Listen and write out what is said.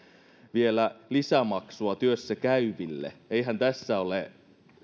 vielä lisämaksua työssäkäyville eihän tässä ole